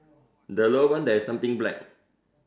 the lower one there is something black